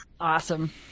Awesome